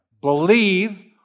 Believe